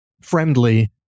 friendly